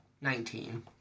Nineteen